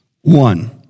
One